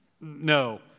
no